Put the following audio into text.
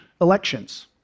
elections